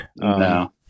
No